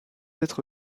être